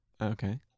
Okay